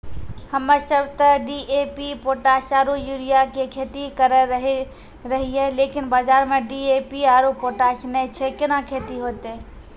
हम्मे सब ते डी.ए.पी पोटास आरु यूरिया पे खेती करे रहियै लेकिन बाजार मे डी.ए.पी आरु पोटास नैय छैय कैना खेती होते?